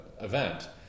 event